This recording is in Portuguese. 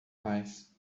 mais